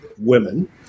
women